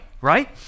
right